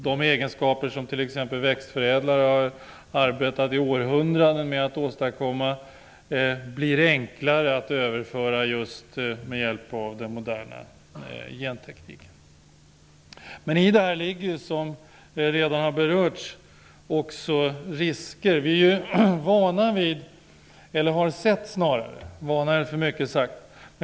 De egenskaper, som t.ex. växtförädlare under århundraden har arbetat för att åstadkomma, blir enklare att överföra med den moderna gentekniken. Som redan har berörts finns det också vissa risker med detta.